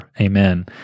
Amen